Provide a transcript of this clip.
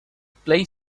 played